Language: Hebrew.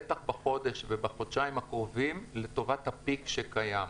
בטח בחודשיים הקרובים לאור הפיק שקיים.